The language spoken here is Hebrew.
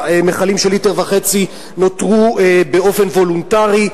המכלים של ליטר וחצי נותרו באופן וולונטרי,